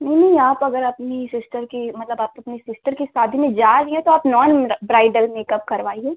नहीं नहीं आप अगर अपनी सिस्टर की मतलब आप अपनी सिस्टर की शादी में जा रही हैं तो आप आप नॉन ब्राइडल मेकअप करवाइए